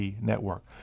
network